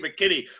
McKinney